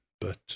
but-